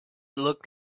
looked